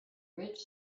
rich